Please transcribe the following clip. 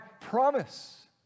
promise